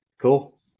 Cool